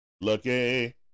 Lucky